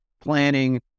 planning